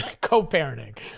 Co-parenting